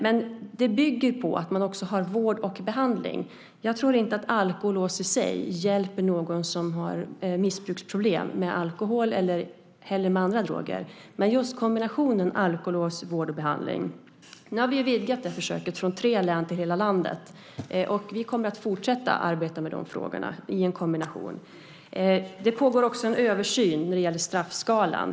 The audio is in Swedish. Men det bygger på att man också har vård och behandling. Jag tror inte att alkolås i sig hjälper någon som har missbruksproblem med alkohol eller med andra droger. Men det gäller just kombinationen alkolås, vård och behandling. Nu har vi vidgat det försöket från tre län till hela landet. Vi kommer att fortsätta att arbeta med de frågorna i en kombination. Det pågår också en översyn när det gäller straffskalan.